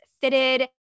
fitted